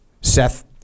Seth